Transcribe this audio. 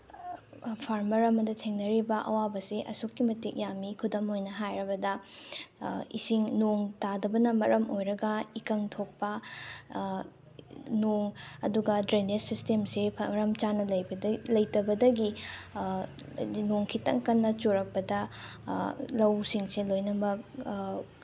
farmer ꯑꯃꯗ ꯊꯦꯡꯅꯔꯤꯕ ꯑꯋꯥꯕꯁꯤ ꯑꯁꯨꯛꯀꯤ ꯃꯇꯤꯛ ꯌꯥꯝꯃꯤ ꯈꯨꯗꯝ ꯑꯣꯏꯅ ꯍꯥꯏꯔꯕꯗ ꯏꯁꯤꯡ ꯅꯣꯡ ꯇꯥꯗꯕꯅ ꯃꯔꯝ ꯑꯣꯏꯔꯒ ꯏꯀꯪ ꯊꯣꯛꯄ ꯅꯣꯡ ꯑꯗꯨꯒ ꯗ꯭ꯔꯦꯅꯦꯁ ꯁꯤꯁꯇꯦꯝꯁꯦ ꯃꯔꯝ ꯆꯥꯅ ꯂꯩꯇꯕꯗꯒꯤ ꯅꯣꯡ ꯈꯤꯇꯪ ꯀꯟꯅ ꯆꯨꯔꯛꯄꯗ ꯂꯧꯁꯤꯡꯁꯦ ꯂꯣꯏꯅꯃꯛ